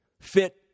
fit